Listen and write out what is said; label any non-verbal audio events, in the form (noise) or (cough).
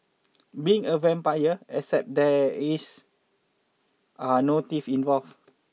being a vampire except that (unintelligible) are no teeth involved